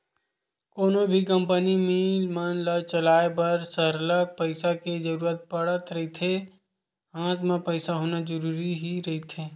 कोनो भी company, mill मन ल चलाय बर सरलग पइसा के जरुरत पड़त रहिथे हात म पइसा होना जरुरी ही रहिथे